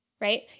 right